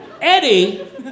Eddie